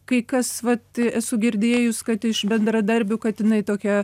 kai kas vat esu girdėjus kad iš bendradarbių kad jinai tokia